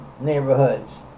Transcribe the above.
neighborhoods